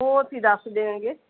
ਉਹ ਅਸੀਂ ਦੱਸ ਦਿਆਂਗੇ